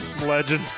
legend